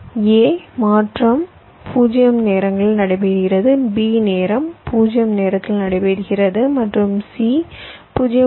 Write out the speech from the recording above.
A மாற்றம் 0 நேரங்களில் நடைபெறுகிறது b நேரம் 0 நேரத்தில் நடைபெறுகிறது மற்றும் c 0